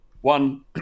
One